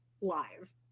live